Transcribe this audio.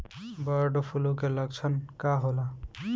Bird flu के लक्षण का होला?